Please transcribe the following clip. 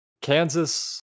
Kansas